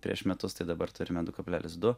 prieš metus tai dabar turime du kablelis du